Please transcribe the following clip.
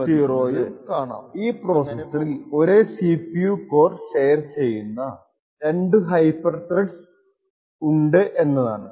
അടുത്തതായി പ്രതിപാദിച്ചത് ഈ പ്രോസെസ്സറിൽ ഒരേ CPU കോർ ഷെയർ ചെയ്യുന്ന രണ്ടു ഹൈപ്പർ ത്രെഡ്സ് ഉണ്ടെന്നാണ്